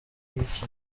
y’iki